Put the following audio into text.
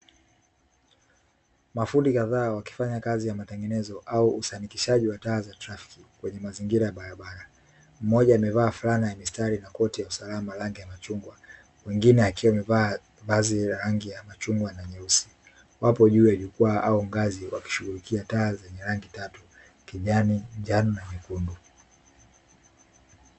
Mafundi kadhaa wakifanya kazi ya matengenezo au usanikishaji wa taa za trafiki kwenye mazingira ya Barabara mmoja amevaa fulana na koti ya usalama ya rangi ya machungwalake Mwingine akiwa amevaa vazi la machungwa na nyeusi wapo juu ya jukwaa au ngazi wakishughulikia taa zenye rangi tatu yaan kijani njano na nyekundu